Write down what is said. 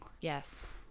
Yes